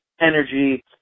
energy